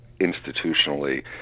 institutionally